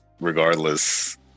regardless